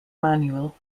manual